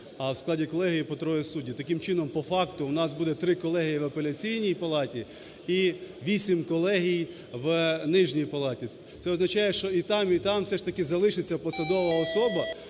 а в складі колегії по троє суддів. Таким чином, по факту у нас буде 3 колегії в Апеляційній палаті і 8 колегій у нижній палаті. Це означає, що і там, і там все ж таки залишиться посадова особа,